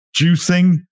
juicing